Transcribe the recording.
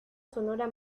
sonora